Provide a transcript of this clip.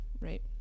right